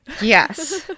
Yes